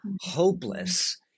hopeless